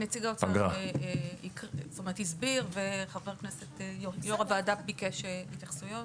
נציג האוצר הסביר וחבר הכנסת יו"ר הוועדה ביקש התייחסויות.